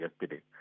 yesterday